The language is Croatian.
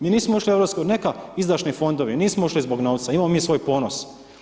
Mi nismo ušli u EU, neka izdašni fondovi, nismo ušli zbog novca, imamo mi svoj ponos.